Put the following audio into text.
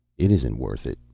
it isn't worth it.